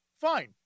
fine